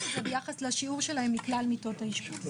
את זה ביחס לשיעור שלהם מכלל מיטות האשפוז.